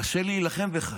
קשה להילחם בך.